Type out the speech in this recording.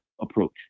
approach